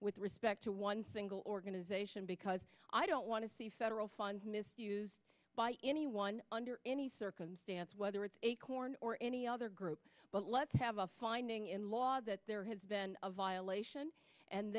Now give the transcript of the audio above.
with respect to one single organization because i don't want to see federal funds misused by anyone under any circumstance whether it's acorn or any other group but let's have a finding in law that there has been a violation and